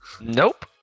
Nope